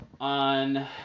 On